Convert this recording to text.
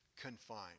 confined